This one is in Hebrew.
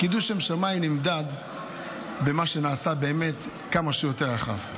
קידוש שם שמיים נמדד במה שנעשה באמת כמה שיותר רחב.